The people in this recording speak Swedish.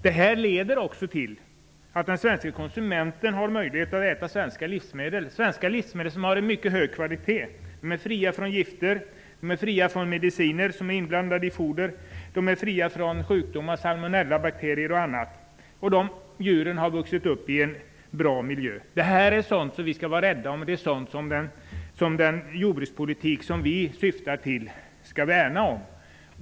Detta leder också till att den svenske konsumenten får möjlighet att äta svenska livsmedel med en mycket hög kvalitet -- fria från gifter och mediciner som blandas in i fodret och fria från sjukdomsalstrande salmonellabakterier och annat. Djuren har dessutom vuxit upp i en bra miljö. Sådant skall vi vara rädda om, och den jordbrukspolitik som vi syftar till skall värna om detta.